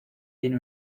tiene